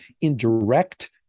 indirect